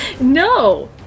no